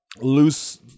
Loose